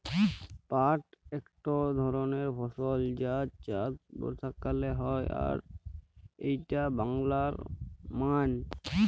পাট একট ধরণের ফসল যার চাষ বর্ষাকালে হয় আর এইটা বাংলার মান